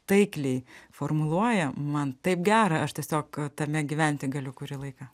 taikliai formuluoja man taip gera aš tiesiog tame gyventi galiu kurį laiką